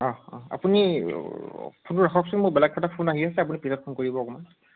আপুনি ফোনটো ৰাখকচোন মোৰ বেলেগ এটা ফোন আহি আছে আপুনি পিছত ফোন কৰিব অকণমান